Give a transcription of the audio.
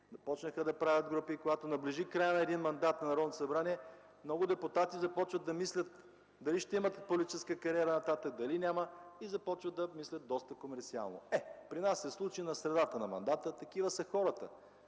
започнаха да правят групи. Когато наближи краят на един мандат на Народното събрание, много депутати започват да мислят дали ще имат политическа кариера нататък, дали няма, и започват да мислят доста комерсиално. При нас това се случи в средата на мандата, такива са хората.